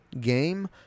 game